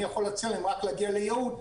אני יכול להציע להם רק להגיע ליהוד,